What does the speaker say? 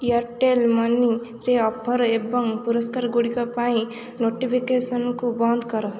Airtel ମନିରେ offer ଏବଂ ପୁରସ୍କାରଗୁଡ଼ିକ ପାଇଁ ନୋଟିଫିକେସନ୍କୁ ବନ୍ଦ କର